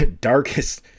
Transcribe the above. darkest